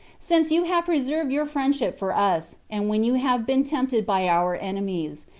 since you have preserved your friendship for us, and when you have been tempted by our enemies,